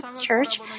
church